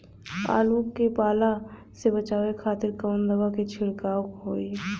आलू के पाला से बचावे के खातिर कवन दवा के छिड़काव होई?